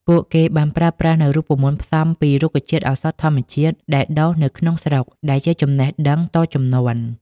ពួកគេបានប្រើប្រាស់នូវរូបមន្តផ្សំពី រុក្ខជាតិឱសថធម្មជាតិ ដែលដុះនៅក្នុងស្រុក ដែលជាចំណេះដឹងតជំនាន់។